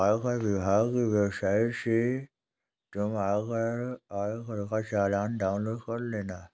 आयकर विभाग की वेबसाइट से तुम आयकर का चालान डाउनलोड कर लेना